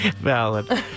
Valid